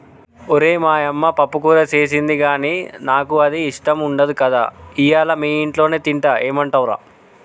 ఓరై మా యమ్మ పప్పుకూర సేసింది గానీ నాకు అది ఇష్టం ఉండదు కదా ఇయ్యల మీ ఇంట్లోనే తింటా ఏమంటవ్ రా